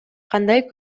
кандай